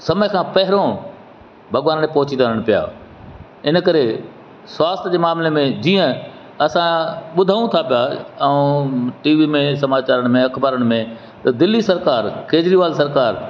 समय सां पहिरों भॻवान ते पहुची था वञनि पिया इन करे स्वास्थ जे मामिले में जीअं असां ॿुधूं था पिया ऐं टीवी में समाचार में अख़बारनि में त दिल्ली सरकारु केजरीवाल सरकारु